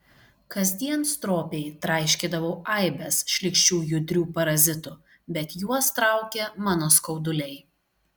kasdien stropiai traiškydavau aibes šlykščių judrių parazitų bet juos traukė mano skauduliai